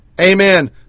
amen